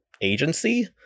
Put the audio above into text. agency